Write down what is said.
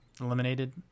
eliminated